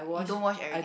you don't wash everyday